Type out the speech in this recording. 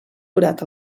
forat